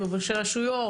ראשי רשויות,